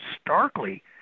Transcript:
starkly